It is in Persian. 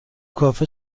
کافه